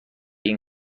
این